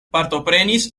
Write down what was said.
partoprenis